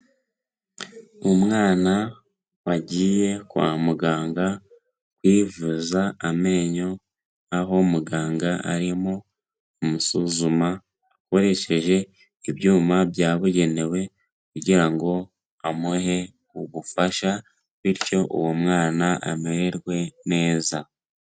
Umwana wagiye kwa muganga kwivuza amenyo, aho muganga arimo kumusuzuma akoresheje ibyuma byabugenewe, kugira ngo amuhe ubufasha bityo uwo mwana amererwe neza.